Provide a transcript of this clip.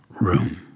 room